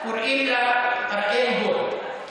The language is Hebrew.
קוראים לה אריאל גולד,